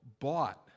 bought